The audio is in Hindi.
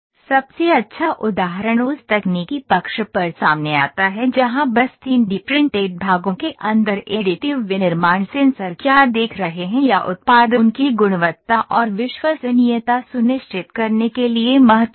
सबसे अच्छा उदाहरण उस तकनीकी पक्ष पर सामने आता है जहां बस 3 डी प्रिंटेड भागों के अंदर एडिटिव विनिर्माण सेंसर क्या देख रहे हैं या उत्पाद उनकी गुणवत्ता और विश्वसनीयता सुनिश्चित करने के लिए महत्वपूर्ण है